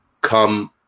come